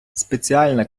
спеціальна